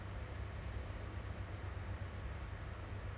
type of kerja macam I_T tapi project kind